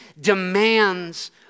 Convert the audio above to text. demands